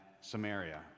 Samaria